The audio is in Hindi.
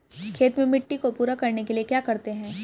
खेत में मिट्टी को पूरा करने के लिए क्या करते हैं?